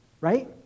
right